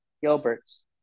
Gilbert's